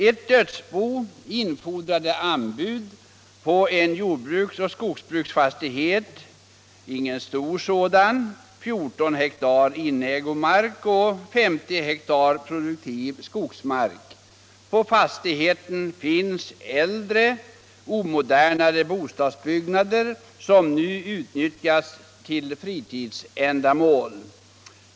Ett dödsbo infordrade anbud på en jordbruksoch skogsbruksfastighet —- ingen stor sådan — på 14 hektar inägomark och 50 hektar produktiv skogsmark. På fastigheten finns äldre, omodernare bostadsbyggnader, som nu utnyttjas för fritidsändamål.